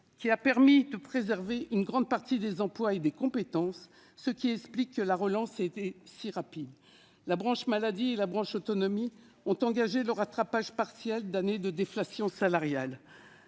qui a permis de préserver une grande partie des emplois et des compétences. Grâce à cela, la relance a été rapide. La branche maladie et la branche autonomie ont engagé le rattrapage partiel d'années de déflation salariale,